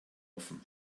offen